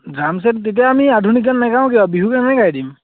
তেতিয়া আমি আধুনিক গানেই গাই দিম